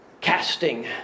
casting